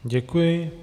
Děkuji.